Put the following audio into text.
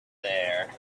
there